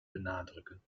benadrukken